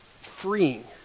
freeing